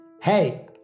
Hey